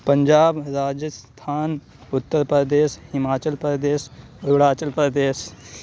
Punjab Rajasthan Uttar Pradesh Himachal Pradesh Arunachal Pradesh